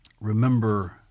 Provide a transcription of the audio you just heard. remember